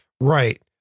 Right